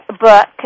book